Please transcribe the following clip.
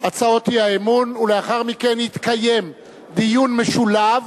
בהצעות האי-אמון, ולאחר מכן יתקיים דיון משולב